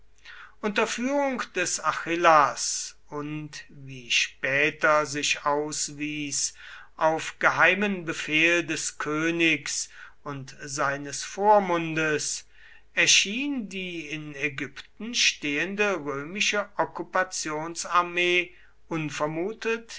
unter führung des achillas und wie später sich auswies auf geheimen befehl des königs und seines vormundes erschien die in ägypten stehende römische okkupationsarmee unvermutet